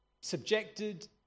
subjected